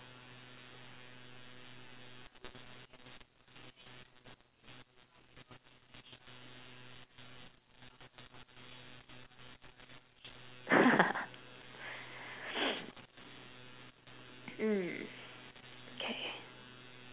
mm okay